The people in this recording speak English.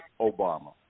Obama